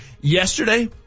Yesterday